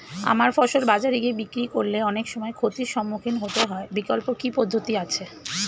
আমার ফসল বাজারে গিয়ে বিক্রি করলে অনেক সময় ক্ষতির সম্মুখীন হতে হয় বিকল্প কি পদ্ধতি আছে?